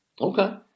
Okay